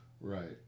Right